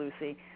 Lucy